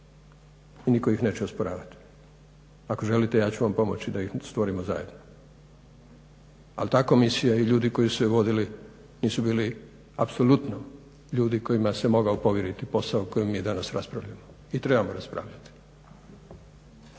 i nitko ih neće osporavati. Ako želite ja ću vam pomoći da ih stvorimo zajedno. Ali ta komisija i ljudi koji su je vodili nisu bili apsolutno ljudi kojima se mogao povjeriti posao o kojem mi danas raspravljamo i trebamo raspravljati.